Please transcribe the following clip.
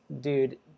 dude